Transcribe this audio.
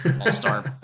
all-star